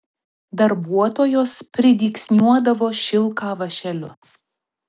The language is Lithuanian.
darbuotojos pridygsniuodavo šilką vąšeliu